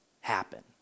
happen